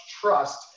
trust